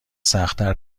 سختتر